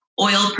oil